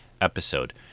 episode